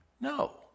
No